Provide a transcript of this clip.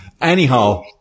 Anyhow